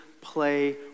play